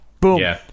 Boom